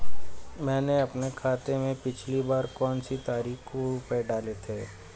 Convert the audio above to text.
मैंने अपने खाते में पिछली बार कौनसी तारीख को रुपये डाले थे?